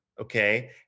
Okay